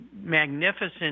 magnificent